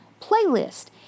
playlist